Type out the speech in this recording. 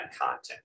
content